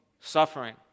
suffering